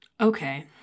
Okay